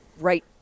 Right